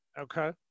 Okay